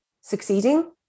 succeeding